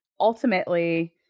ultimately